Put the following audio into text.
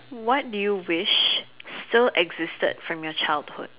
what did you wish so existed from your childhood